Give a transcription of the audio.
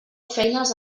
feines